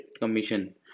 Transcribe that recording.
commission